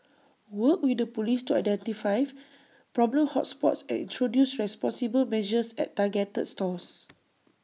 work with the Police to identify problem hot spots and introduce responsible measures at targeted stores